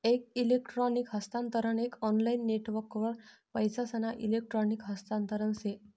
एक इलेक्ट्रॉनिक हस्तांतरण एक ऑनलाईन नेटवर्कवर पैसासना इलेक्ट्रॉनिक हस्तांतरण से